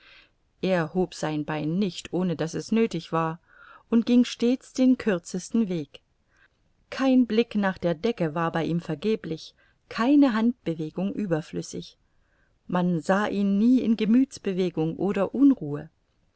er hob sein bein nicht ohne daß es nöthig war und ging stets den kürzesten weg kein blick nach der decke war bei ihm vergeblich keine handbewegung überflüssig man sah ihn nie in gemüthsbewegung oder unruhe